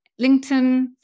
LinkedIn